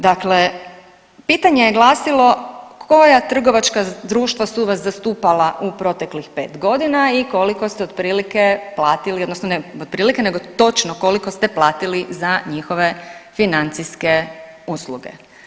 Dakle, pitanje je glasilo koja trgovačka društva su vas zastupala u proteklih 5 godina i koliko ste otprilike platiti odnosno ne otprilike nego točno koliko ste platiti za njihove financijske usluge.